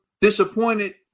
disappointed